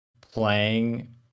playing